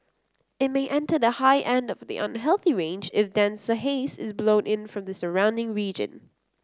it may enter the high end of the unhealthy range if denser haze is blown in from the surrounding region